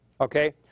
okay